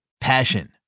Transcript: passion